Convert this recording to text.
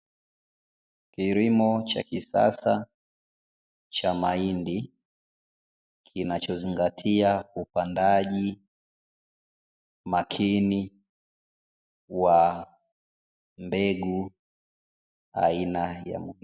Kilimo cha kisasa cha mahindi kinacho zingatia upandaji makini wa upandaji wa mbegu aina ya muhindi.